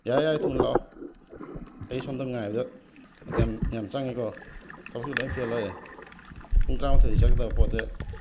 ꯌꯥꯔꯦ ꯌꯥꯔꯦ ꯊꯨꯅ ꯂꯥꯛꯑꯣ ꯑꯩ ꯁꯣꯝꯗ ꯉꯥꯏꯕꯗ ꯃꯇꯝ ꯌꯥꯝꯅ ꯆꯪꯉꯤꯀꯣ ꯊꯕꯛꯁꯨ ꯂꯣꯏꯅ ꯐꯦꯜ ꯑꯣꯏꯔꯦ ꯄꯨꯡ ꯇꯔꯥꯃꯥꯊꯣꯏꯗ ꯆꯠꯀꯗꯕ ꯄꯣꯠꯁꯦ